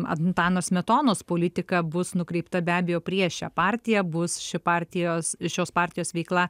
antano smetonos politika bus nukreipta be abejo prieš šią partiją bus ši partijos šios partijos veikla